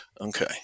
Okay